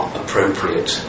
appropriate